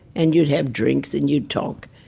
and you'd have drinks and you'd talk.